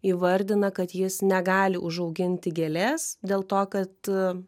įvardina kad jis negali užauginti gėlės dėl to kad